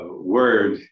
word